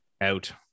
out